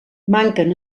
manquen